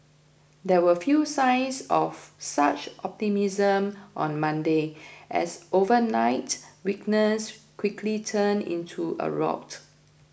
there were few signs of such optimism on Monday as overnight weakness quickly turned into a rout